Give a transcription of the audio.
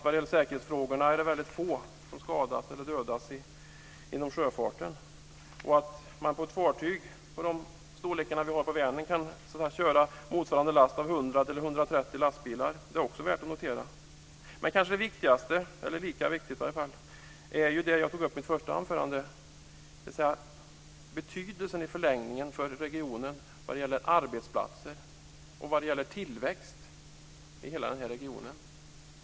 Vad gäller säkerhetsfrågorna är det väldigt få som skadas eller dödas inom sjöfarten. Man kan på ett fartyg av den storlek som finns i Vänern köra samma last som 100-130 lastbilar. Det är också värt att notera. Lika viktigt är det jag tog upp i mitt första anförande: sjöfartens betydelse för regionen vad det gäller arbetsplatser och tillväxt.